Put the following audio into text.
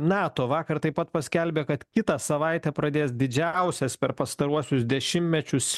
nato vakar taip pat paskelbė kad kitą savaitę pradės didžiausias per pastaruosius dešimtmečius